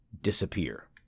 disappear